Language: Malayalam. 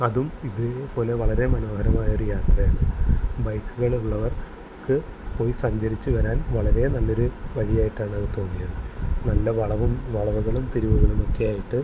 അതും ഇതേ പോലെ വളരെ മനോഹരമായൊരു യാത്രയാണ് ബൈക്കുകൾ ഉള്ളവർക്ക് പോയി സഞ്ചരിച്ച് വരാൻ വളരെ നല്ലൊരു വഴിയായിട്ടാണത് തോന്നിയത് നല്ല വളവും വളവുകളും തിരിവുകളുമൊക്കെയായിട്ട്